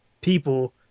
people